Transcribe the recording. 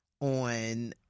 on